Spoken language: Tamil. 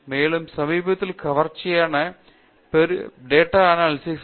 மேலும் சமீபத்தில் கவர்ச்சியான பெரிய டேட்டா அனாலிசிஸ் உள்ளது